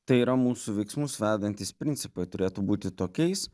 tai yra mūsų veiksmus valdantys principai turėtų būti tokiais